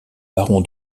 baron